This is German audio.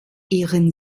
ihren